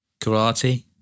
Karate